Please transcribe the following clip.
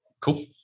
Cool